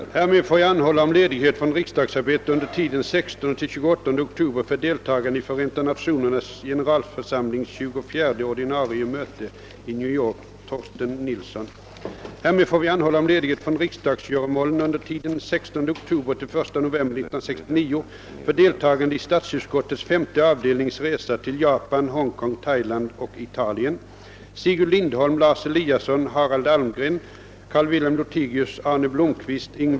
Härmed får jag anhålla om ledighet från riksdagsarbetet under tiden den 16 —28 oktober för deltagande i Förenta Nationernas generalförsamlings tjugofjärde ordinarie möte i New York. Härmed får vi anhålla om ledighet från riksdagsgöromålen under tiden den 16 oktober—1 november 1969 för deltagande i statsutskottets femte avdelnings resa till Japan, Hongkong, Thailand och Italien.